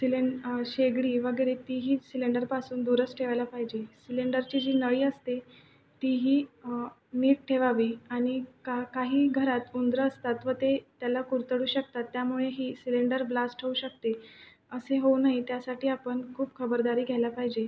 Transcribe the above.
सिलें शेगडी वगैरे ती ही सिलेंडरपासून दूरच ठेवायला पाहिजे सिलेंडरची जी नळी असते ती ही नीट ठेवावी आणि का काही घरात उंदरं असतात व ते त्याला कुरतडू शकतात त्यामुळेही सिलेंडर ब्लास्ट होऊ शकते असे होऊ नये त्यासाठी आपण खूप खबरदारी घ्यायला पाहिजे